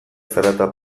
zarata